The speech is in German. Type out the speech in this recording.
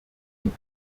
und